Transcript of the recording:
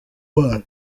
bana